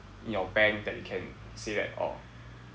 in your bank that you can say that orh